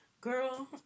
Girl